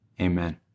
amen